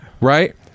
Right